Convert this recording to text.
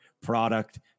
product